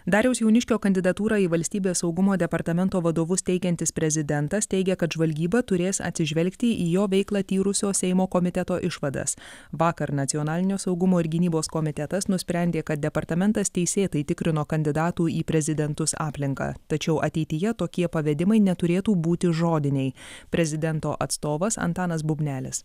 dariaus jauniškio kandidatūrą į valstybės saugumo departamento vadovus teikiantis prezidentas teigia kad žvalgyba turės atsižvelgti į jo veiklą tyrusio seimo komiteto išvadas vakar nacionalinio saugumo ir gynybos komitetas nusprendė kad departamentas teisėtai tikrino kandidatų į prezidentus aplinką tačiau ateityje tokie pavedimai neturėtų būti žodiniai prezidento atstovas antanas bubnelis